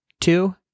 two